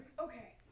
Okay